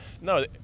No